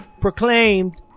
proclaimed